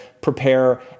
prepare